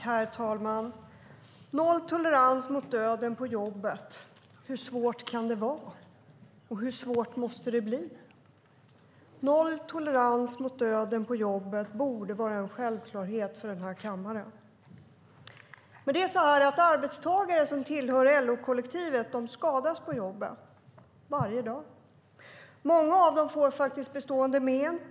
Herr talman! Nolltolerans mot döden på jobbet - hur svårt kan det vara och hur svårt måste det bli? Nolltolerans mot döden på jobbet borde vara en självklarhet för den här kammaren. Arbetstagare som tillhör LO-kollektivet skadas på jobbet varje dag. Många av dem får bestående men.